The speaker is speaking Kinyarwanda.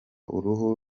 uruhu